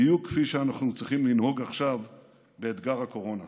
בדיוק כפי שאנו צריכים לנהוג עכשיו באתגר הקורונה.